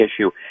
issue